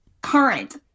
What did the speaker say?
current